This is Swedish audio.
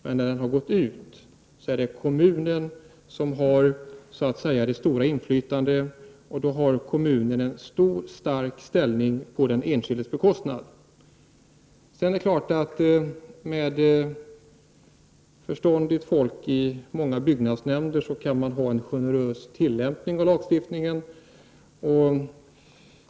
Men när den tiden har gått ut är det kommunen som så att säga har det stora inflytandet och har därmed en stark ställning på den enskildes bekostnad. Det är klart att man med förståndigt folk i många byggnadsnämnder kan tillämpa lagstiftningen på ett generöst sätt.